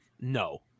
no